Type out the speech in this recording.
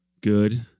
good